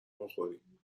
بخوریم